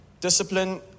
Discipline